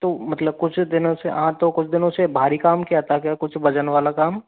तो मतलब कुछ दिनों से आप तो कुछ दिनों से बाहरी काम किया था क्या कुछ वजन वाला काम